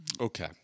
Okay